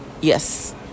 yes